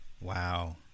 Wow